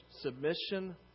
Submission